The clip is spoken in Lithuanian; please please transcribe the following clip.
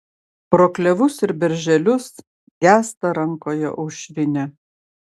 pro klevus ir berželius gęsta rankoje aušrinė